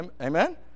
Amen